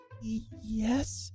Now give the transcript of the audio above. Yes